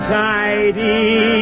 tidy